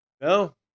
No